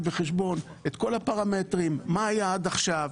בחשבון את כל הפרמטרים: מה היה עד עכשיו,